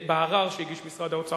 בערר שהגיש משרד האוצר.